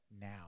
now